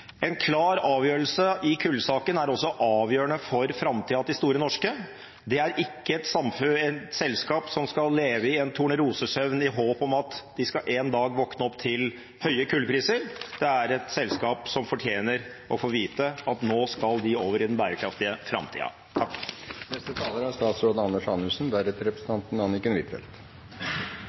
En klar avgjørelse i kullsaken er også avgjørende for framtiden til Store Norske, det er ikke et selskap som skal leve i en tornerosesøvn i håp om at de en dag skal våkne opp til høye kullpriser. Det er et selskap som fortjener å få vite at nå skal de over i den bærekraftige framtiden. Jeg ble et øyeblikk i tvil om representanten